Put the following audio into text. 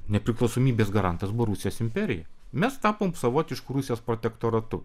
nepriklausomybės garantas buvo rusijos imperija mes tapom savotišku rusijos protektoratu